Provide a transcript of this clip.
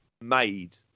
made